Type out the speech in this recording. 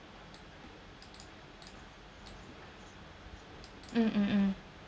mm mm mm